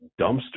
dumpster